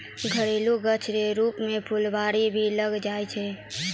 घरेलू गाछ रो रुप मे फूलवारी भी लगैलो जाय छै